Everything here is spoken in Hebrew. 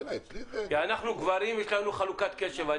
אצלי זה -- כי לנו הגברים יש חלוקת קשב.